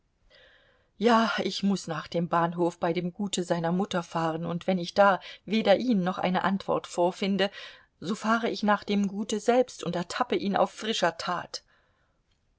ja ich muß nach dem bahnhof bei dem gute seiner mutter fahren und wenn ich da weder ihn noch eine antwort vorfinde so fahre ich nach dem gute selbst und ertappe ihn auf frischer tat